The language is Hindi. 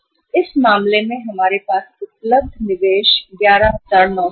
तो इस मामले में अब हमारे पास उपलब्ध निवेश 11937 है